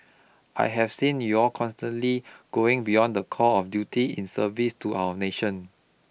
I have seen you all consistently going beyond the call of duty in service to our nation